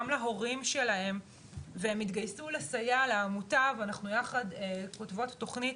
גם להורים שלהם והן התגייסו לסייע לעמותה ואנחנו יחד כותבות תוכנית